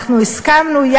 הסכמנו,